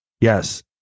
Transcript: Yes